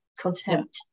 contempt